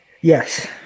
yes